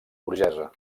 burgesa